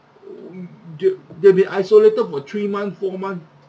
they they've been isolated for three month four month